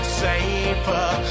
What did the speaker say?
safer